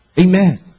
Amen